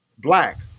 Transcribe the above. black